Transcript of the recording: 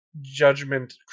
judgment